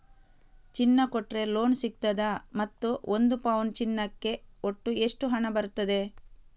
ಚಿನ್ನ ಕೊಟ್ರೆ ಲೋನ್ ಸಿಗ್ತದಾ ಮತ್ತು ಒಂದು ಪೌನು ಚಿನ್ನಕ್ಕೆ ಒಟ್ಟು ಎಷ್ಟು ಹಣ ಬರ್ತದೆ?